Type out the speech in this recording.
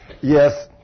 Yes